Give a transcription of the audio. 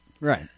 Right